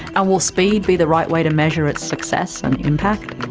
and will speed be the right way to measure its success and impact?